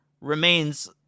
remains